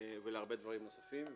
והרבה דברים נוספים.